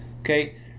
okay